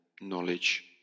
knowledge